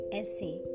essay